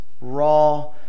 Raw